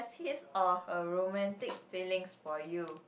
his or her romantic feelings for you